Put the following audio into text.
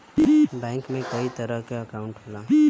bank में कई तरे क अंकाउट होला